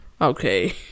Okay